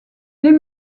les